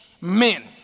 men